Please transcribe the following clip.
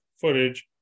footage